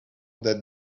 that